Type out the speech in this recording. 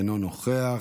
אינו נוכח,